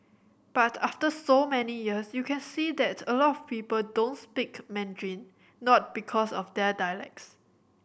but after so many years you can see that a lot of people don't speak Mandarin not because of dialects